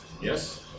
Yes